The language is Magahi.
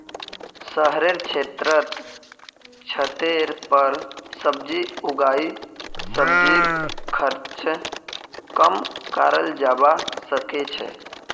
शहरेर क्षेत्रत छतेर पर सब्जी उगई सब्जीर खर्च कम कराल जबा सके छै